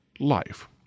life